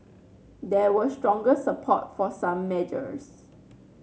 there was stronger support for some measures